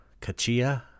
Kachia